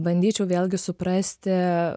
bandyčiau vėlgi suprasti